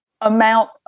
amount